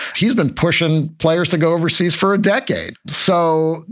he's been pushin players to go overseas for a decade. so,